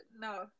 no